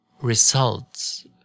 results